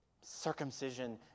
circumcision